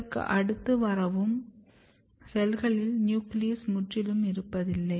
இதற்கு அடுத்து வரவும் செல்களில் நியூக்ளியஸ் முற்றிலும் இருப்பதில்லை